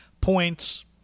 points